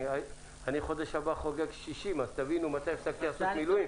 אני בחודש הבא חוגג 60 אז תבינו מתי הפסקתי לעשות מילואים.